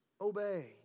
obey